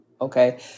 okay